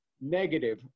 negative